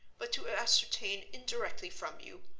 but to ascertain indirectly from you,